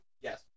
Yes